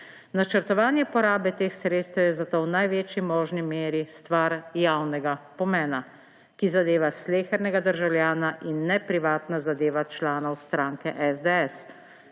Načrtovanje porabe teh sredstev je zato v največji možni meri stvar javnega pomena, ki zadeva slehernega državljana, in ne privatna zadeva članov stranke SDS,